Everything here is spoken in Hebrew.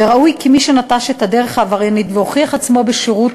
וראוי כי מי שנטש את הדרך העבריינית והוכיח עצמו בשירות